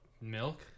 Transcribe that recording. milk